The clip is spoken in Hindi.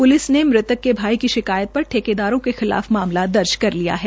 पुलिस ने मुतक के भाई की शिकायत पर ठेकादारों के खिलाफ मामला दर्ज कर लिया है